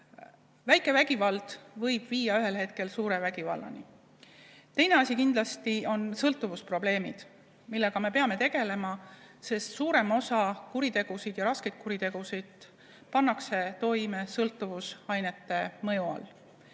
Väike vägivald võib viia ühel hetkel suure vägivallani. Teine asi kindlasti on sõltuvusprobleemid, millega me peame tegelema, sest suurem osa kuritegusid ja raskeid kuritegusid pannakse toime sõltuvusainete mõju all.